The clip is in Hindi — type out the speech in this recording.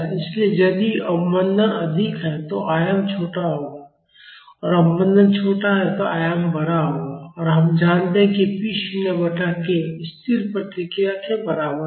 इसलिए यदि अवमंदन अधिक है तो आयाम छोटा होगा और अवमंदन छोटा है आयाम बड़ा होगा और हम जानते हैं p शून्य बटा k स्थिर प्रतिक्रिया के बराबर है